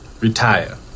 Retire